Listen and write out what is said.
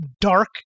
dark